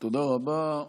תודה רבה.